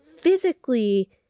physically